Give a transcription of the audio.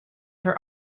her